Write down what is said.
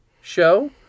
show